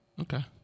okay